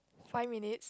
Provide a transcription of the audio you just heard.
five minutes